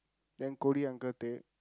then Kodi uncle take